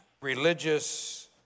religious